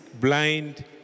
blind